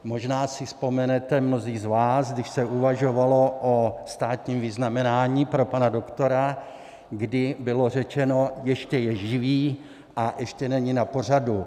Možná si vzpomenete mnozí z vás, když se uvažovalo o státním vyznamenání pro pana doktora, kdy bylo řečeno ještě je živý a ještě není na pořadu.